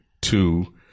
two